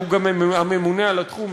שהוא גם הממונה על התחום,